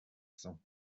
cents